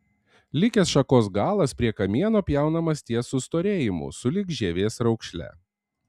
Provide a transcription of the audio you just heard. likęs šakos galas prie kamieno pjaunamas ties sustorėjimu sulig žievės raukšle